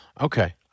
Okay